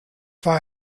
war